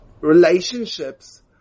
relationships